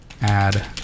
add